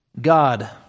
God